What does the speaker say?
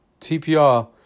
TPR